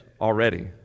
already